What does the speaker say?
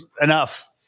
enough